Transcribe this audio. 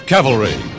Cavalry